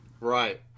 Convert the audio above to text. Right